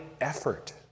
effort